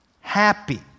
happy